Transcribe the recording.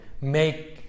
make